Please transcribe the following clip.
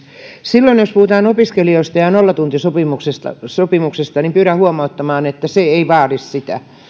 silloin jos puhutaan opiskelusta ja nollatuntisopimuksesta pyydän huomauttamaan että se ei vaadi sitä